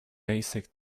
basic